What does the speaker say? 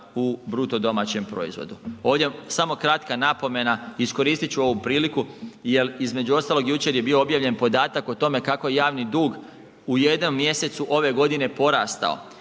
u bruto domaćem proizvodu. Ovdje samo kratka napomena, iskoristit ću ovu priliku jel između ostalog jučer je bio objavljen podatak o tome kako je javni dug u jednom mjesecu ove godine porastao.